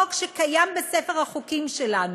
חוק שקיים בספר החוקים שלנו,